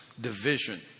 division